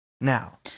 now